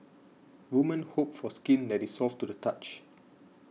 women hope for skin that is soft to the touch